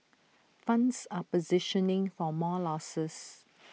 funds are positioning for more losses